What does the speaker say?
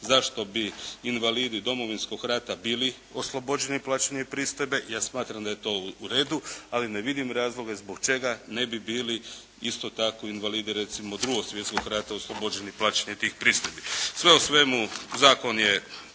zašto bi invalidi Domovinskog rata bili oslobođeni plaćanja ove pristojbe, ja smatram da je to u redu, ali ne vidim razloga zbog čega ne bi bili isto tako invalidi recimo Drugog svjetskog rata oslobođeni plaćanja tih pristojbi. Sve u svemu, zakon je